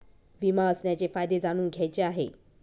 विमा असण्याचे फायदे जाणून घ्यायचे आहे